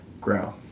grow